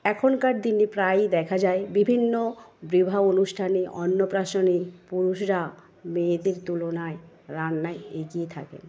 এখনকার দিনে প্রায়ই দেখা যায় বিভিন্ন বিবাহ অনুষ্ঠানে অন্নপ্রাশনে পুরুষরা মেয়েদের তুলনায় রান্নায় এগিয়ে থাকে